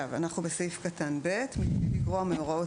סעיף קטן (ב): (ב) (1)בלי לגרוע מהוראות